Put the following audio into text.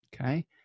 okay